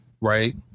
Right